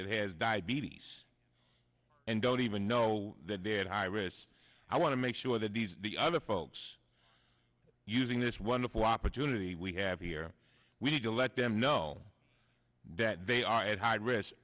that has diabetes and don't even know that they're at high risk i want to make sure that these the other folks using this wonderful opportunity we have here we need to let them know that they are at high ris